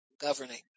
governing